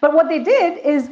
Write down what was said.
but what they did is